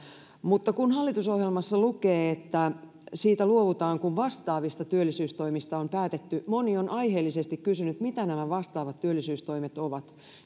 mutta kun hallitusohjelmassa lukee että siitä luovutaan kun vastaavista työllisyystoimista on päätetty moni on aiheellisesti kysynyt mitä nämä vastaavat työllisyystoimet ovat